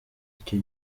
icyo